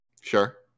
Sure